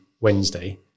Wednesday